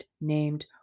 named